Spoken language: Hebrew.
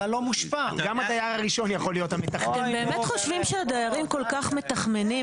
אתם באמת חושבים שהדיירים כל-כך מתחמנים